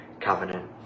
covenant